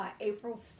April